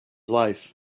life